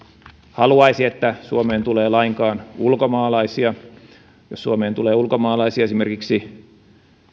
haluaisi että suomeen tulee lainkaan ulkomaalaisia jos suomeen tulee ulkomaalaisia esimerkiksi